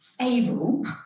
Able